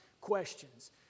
questions